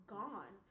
gone